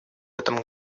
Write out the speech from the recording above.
этом